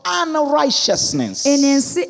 unrighteousness